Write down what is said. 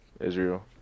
Israel